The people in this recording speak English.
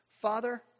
Father